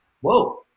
Whoa